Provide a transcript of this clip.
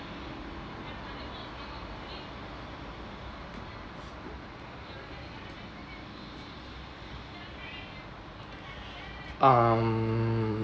um